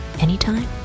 Anytime